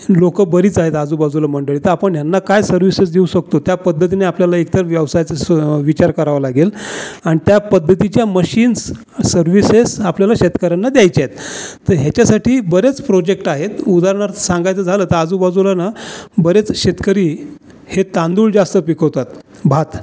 लोकं बरीच आहेत आजूबाजूला मंडळी तर आपण यांना काय सर्विसेस देऊ शकतो त्या पद्धतीने आपल्याला इतर व्यवसायचं स्व विचार करावा लागेल आणि त्या पद्धतीच्या मशिन्स सर्विसेस आपल्याला शेतकऱ्यांना द्यायच्या आहेत तर ह्याच्यासाठी बरेच प्रोजेक्ट आहेत उदाहरणार्थ सांगायचं झालं तर आजूबाजूला ना बरेच शेतकरी हे तांदूळ जास्त पिकवतात भात